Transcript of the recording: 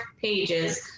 pages